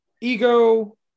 ego